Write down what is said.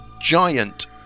giant